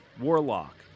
Warlock